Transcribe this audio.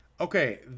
Okay